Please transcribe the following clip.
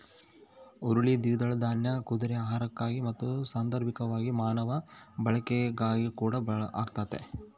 ಹುರುಳಿ ದ್ವಿದಳ ದಾನ್ಯ ಕುದುರೆ ಆಹಾರಕ್ಕಾಗಿ ಮತ್ತು ಸಾಂದರ್ಭಿಕವಾಗಿ ಮಾನವ ಬಳಕೆಗಾಗಿಕೂಡ ಬಳಕೆ ಆಗ್ತತೆ